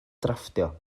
drafftio